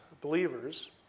believers